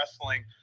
wrestling